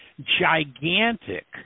gigantic